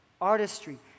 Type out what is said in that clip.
artistry